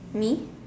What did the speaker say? me